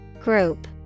Group